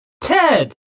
Ted